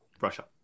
Russia